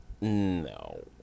No